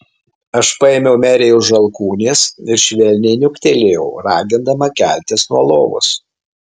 aš paėmiau merei už alkūnės ir švelniai niuktelėjau ragindama keltis nuo lovos